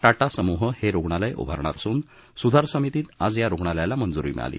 टाटा समूह हे रुग्णालय उभारणार असून सुधार समितीत आज या रुग्णालयाला मंजुरी मिळाली